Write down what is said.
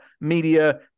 media